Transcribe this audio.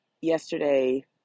Yesterday